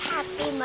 Happy